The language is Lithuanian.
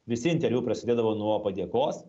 visi interviu prasidėdavo nuo padėkos